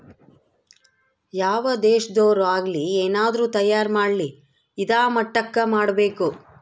ಯಾವ್ ದೇಶದೊರ್ ಆಗಲಿ ಏನಾದ್ರೂ ತಯಾರ ಮಾಡ್ಲಿ ಇದಾ ಮಟ್ಟಕ್ ಮಾಡ್ಬೇಕು